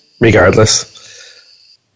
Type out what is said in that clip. Regardless